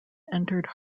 entered